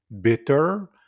bitter